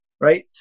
right